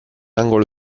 angolo